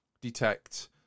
detect